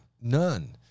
none